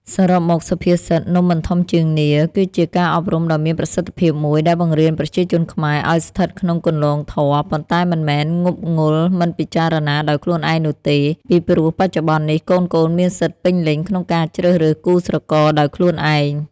សរុបមក សុភាសិត នំមិនធំជាងនាឡិ គឺជាការអប់រំដ៏មានប្រសិទ្ធភាពមួយ ដែលបង្រៀនប្រជាជនខ្មែរឲ្យស្ថិតក្នុងគន្លងធម៌ ប៉ុន្តែមិនមែនងប់ងល់មិនពិចារណាដោយខ្លួនឯងនោះទេ ពីព្រោះបច្ចុប្បន្ននេះកូនៗមានសិទ្ធិពេញលេញក្នុងការជ្រើសរើសគូស្រករដោយខ្លួនឯង។